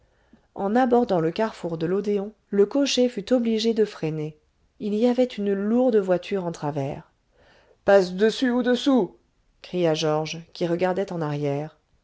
en abordant le carrefour de l'odéon le cocher fut obligé de rêner il y avait une lourde voiture en travers passe dessus ou dessous cria georges qui regardait en arrière